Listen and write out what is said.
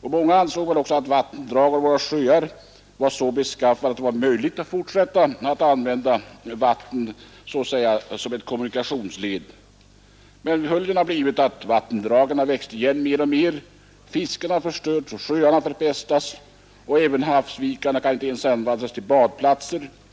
Många har ansett att vattendragen är så beskaffade att det skulle vara möjligt att fortsätta att använda vatten på det sättet så att säga som en kommunikationsled. Men följden har blivit att vattendragen växt igen mer och mer. Fisken har förstörts och sjöarna förpestats. Inte ens havsvikarna kan längre användas som badplatser.